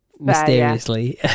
mysteriously